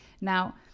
Now